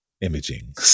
imaging